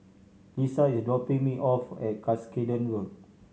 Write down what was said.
Lissa is dropping me off at Cuscaden Road